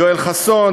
יואל חסון,